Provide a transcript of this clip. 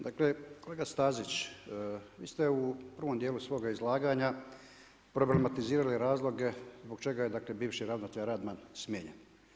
Dakle kolega Stazić vi ste u prvom dijelu svoga izlaganja problematizirali razloge zbog čega je dakle bivši ravnatelj Radman smijenjen.